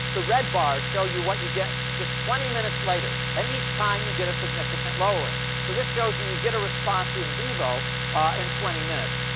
the red bars show you what you get just twenty minutes later. and each time, you get a significant lowering. so this shows you you get a response in vivo in twenty minutes.